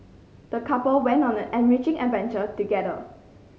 the couple went on an enriching adventure together